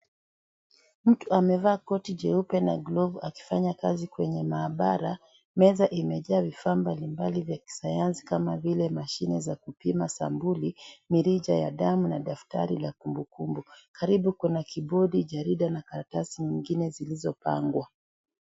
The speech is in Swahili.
Mtu amevaa koti jeupe na glovu akifanya kazi kwenye maabara ,meza imejaa vifaa mbalimbali vya kisayansi kama vile mashine za kupima sampuli, miricha ya dawa na daftari ya kumbukumbu. Karibu kuna kibodi ,jarida na karatasi zingine zilizopangwa.